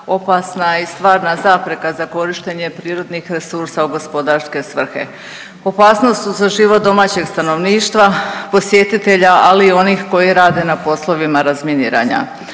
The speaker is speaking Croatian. opasna i stvarna zapreka za korištenje prirodnih resursa u gospodarske svrhe. Opasnost su za život domaćeg stanovništva, posjetitelja, ali i onih koji rade na poslovima razminiranja.